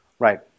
Right